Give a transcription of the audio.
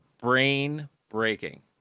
brain-breaking